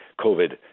COVID